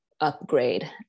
upgrade